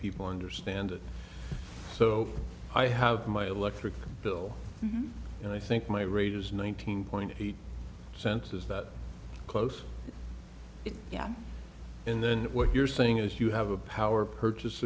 people understand it so i have my electric bill and i think my rate is nineteen point eight cents is that close yeah and then what you're saying is you have a power purchase